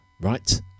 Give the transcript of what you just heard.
right